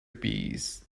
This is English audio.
bees